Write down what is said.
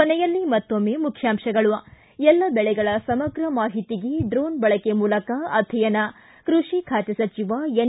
ಕೊನೆಯಲ್ಲಿ ಮತ್ತೊಮ್ಮೆ ಮುಖ್ಯಾಂಶಗಳು ಎಲ್ಲ ದೆಳೆಗಳ ಸಮಗ್ರ ಮಾಹಿತಿಗೆ ಡ್ರೋಣ್ ಬಳಕೆ ಮೂಲಕ ಅಧ್ಯಯನ ಕೃಷಿ ಖಾತೆ ಸಚಿವ ಎನ್